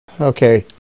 okay